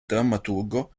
drammaturgo